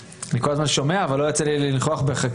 אני כל הזמן שומע אבל לא יוצא לי לנכוח בחקיקות